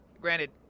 Granted